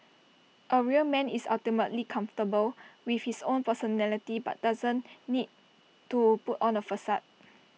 A real man is ultimately comfortable with his own personality and doesn't need to put on A facade